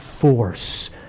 force